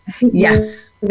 Yes